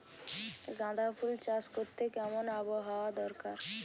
গাঁদাফুল চাষ করতে কেমন আবহাওয়া দরকার?